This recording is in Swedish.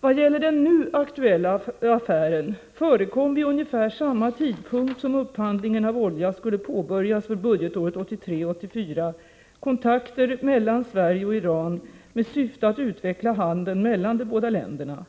När det gäller den nu aktuella affären förekom vid ungefär samma tidpunkt som upphandlingen av olja skulle påbörjas för budgetåret 1983/84 kontakter mellan Sverige och Iran med syfte att utveckla handeln mellan de båda länderna.